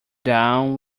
down